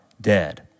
dead